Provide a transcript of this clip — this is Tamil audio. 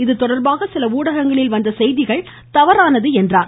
இது தொடர்பாக சில ஊடகங்களில் வந்த செய்திகள் தவறானது என்றார்